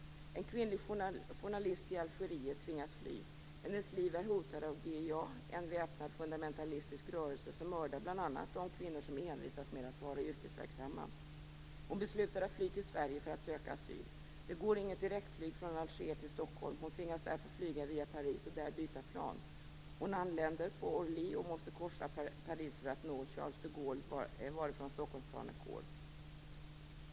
En kvinnlig journalist i Algeriet tvingas fly. Hennes liv är hotat av GIA, en väpnad fundamentalistisk rörelse som mördar bl.a. de kvinnor som envisas med att vara yrkesverksamma. Hon beslutar att fly till Sverige för att söka asyl. Det går inget direktflyg från Alger till Stockholm, och hon tvingas därför flyga via Paris och där byta plan. Hon anländer på Orly och måste korsa Paris för att nå Charles de Gaulle, varifrån Stockholmsplanet går.